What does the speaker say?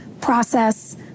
process